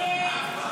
פנינה תמנו,